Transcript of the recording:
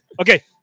Okay